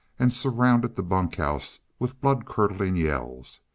and surrounded the bunk house with blood-curdling yells.